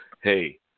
Hey